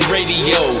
Radio